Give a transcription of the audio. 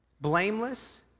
blameless